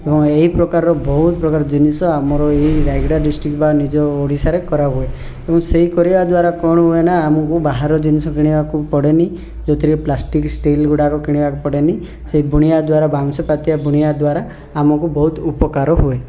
ଏବଂ ଏହି ପ୍ରକାର ବହୁତ ପ୍ରକାରର ଜିନିଷ ଆମଏହି ରାୟଗଡ଼ା ଡିଷ୍ଟ୍ରିଟ୍ ବା ନିଜ ଓଡ଼ିଶାରେ କରାହୁଏ ଏବଂ ସେଇ କରିବା ଦ୍ଵାରା କଣ ହୁଏନା ଆମକୁ ବାହାର ଜିନିଷ କିଣିବାକୁ ପଡ଼େନି ଯେଉଁଥିରେ ପ୍ଲାଷ୍ଟିକ୍ ଷ୍ଟିଲ୍ ଗୁଡ଼ାକ କିଣିବାକୁ ପଡ଼େନି ସେଇ ବୁଣିବା ଦ୍ଵାରା ବାଉଁଶ ପାତିଆ ବୁଣିବା ଦ୍ୱାରା ଆମକୁ ବହୁତ ଉପକାର ହୁଏ